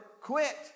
quit